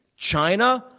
china.